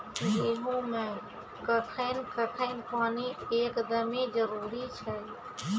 गेहूँ मे कखेन कखेन पानी एकदमें जरुरी छैय?